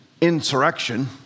insurrection